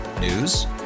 News